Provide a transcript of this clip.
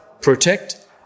protect